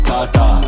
Kata